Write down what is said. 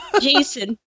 Jason